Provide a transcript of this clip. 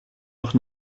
noch